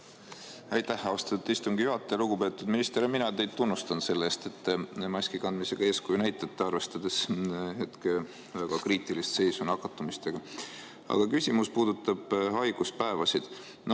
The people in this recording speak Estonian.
Aitäh, austatud istungi juhataja! Lugupeetud minister! Mina tunnustan teid selle eest, et te maski kandmisega eeskuju näitate, arvestades hetkel väga kriitilist seisu nakatumistega. Aga küsimus puudutab haiguspäevasid.